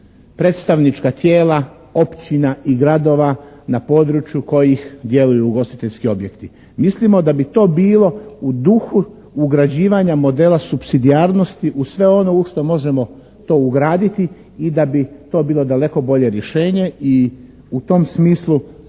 predstavnička tijela općina i gradova na području kojih djeluju ugostiteljski objekti. Mislimo da bi to bilo u duhu ugrađivanja modela supsidijarnosti uz sve ono u što možemo to ugraditi i da bi to bilo daleko bolje rješenje i u tom smislu